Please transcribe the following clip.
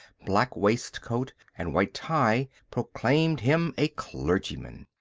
black waistcoat and white tie proclaimed him a clergyman.